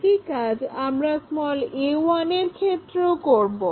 একই কাজ আমরা a1 এর ক্ষেত্রেও করব